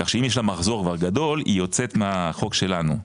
כך שאם יש לה מחזור כבר גדול היא יוצאת מהחוק שלנו.